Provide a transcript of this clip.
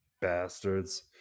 bastards